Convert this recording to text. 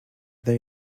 they